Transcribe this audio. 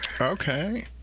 Okay